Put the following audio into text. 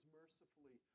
mercifully